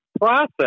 process